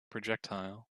projectile